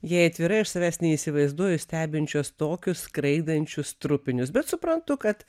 jei atvirai aš savęs neįsivaizduoju stebinčios tokius skraidančius trupinius bet suprantu kad